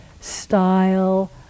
style